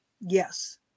Yes